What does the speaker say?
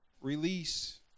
Release